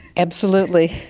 absolutely!